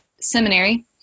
Seminary